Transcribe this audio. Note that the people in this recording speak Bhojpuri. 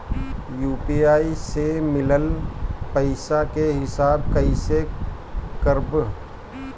यू.पी.आई से मिलल पईसा के हिसाब कइसे करब?